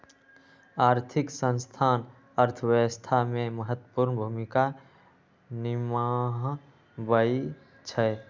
आर्थिक संस्थान अर्थव्यवस्था में महत्वपूर्ण भूमिका निमाहबइ छइ